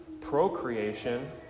procreation